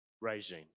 regime